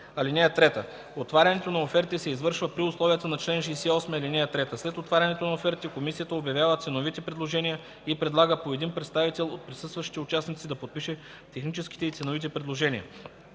2-4. (3) Отварянето на офертите се извършва при условията на л. 68, ал. 3. След отварянето на офертите комисията обявява ценовите предложения и предлага по един представител от присъстващите участници да подпише техническите и ценовите предложения.